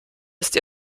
ist